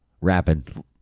rapping